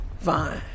Vine